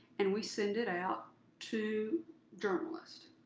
and we send it out to journalists.